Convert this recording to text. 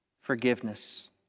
forgiveness